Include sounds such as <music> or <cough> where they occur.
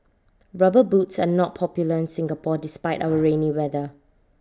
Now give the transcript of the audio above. rubber boots are not popular in Singapore despite <noise> our rainy weather